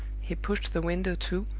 he pushed the window to,